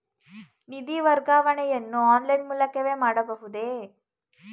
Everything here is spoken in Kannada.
ನಿಧಿ ವರ್ಗಾವಣೆಯನ್ನು ಆನ್ಲೈನ್ ಮೂಲಕವೇ ಮಾಡಬಹುದೇ?